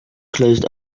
closed